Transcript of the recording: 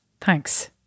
Thanks